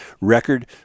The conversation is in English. record